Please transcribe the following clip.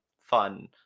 fun